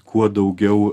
kuo daugiau